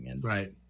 Right